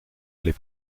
les